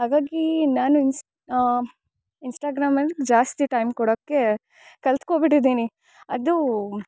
ಹಾಗಾಗೀ ನಾನು ಇನ್ಸ್ ಇನ್ಸ್ಟಾಗ್ರಾಮಲ್ಲಿ ಜಾಸ್ತಿ ಟೈಮ್ ಕೊಡೋಕ್ಕೆ ಕಲಿತ್ಕೋಬಿಟ್ಟಿದಿನಿ ಅದು